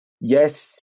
yes